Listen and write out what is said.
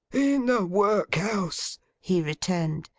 in the workhouse he returned.